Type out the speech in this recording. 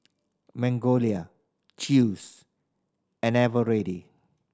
Magnolia Chew's and Eveready